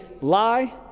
lie